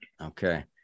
Okay